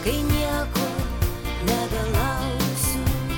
kai nieko nebelauksiu